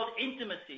intimacy